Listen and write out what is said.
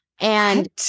And-